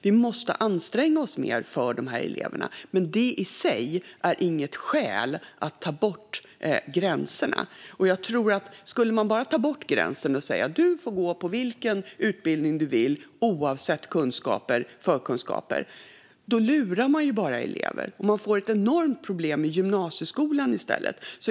Vi måste anstränga oss mer för dessa elever, men det är i sig inget skäl för att ta bort gränserna. Om man bara tog bort gränsen och sa "Du får gå på vilken utbildning du vill, oavsett kunskaper och förkunskaper" skulle man bara lura elever, och man får ett enormt problem i gymnasieskolan i stället.